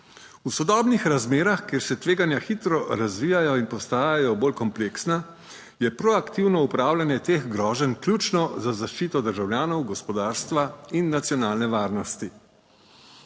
V sodobnih razmerah, kjer se tveganja hitro razvijajo in postajajo bolj kompleksna, je proaktivno upravljanje teh groženj ključno za zaščito državljanov, gospodarstva in nacionalne varnosti.